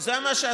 זה מה שעשיתם.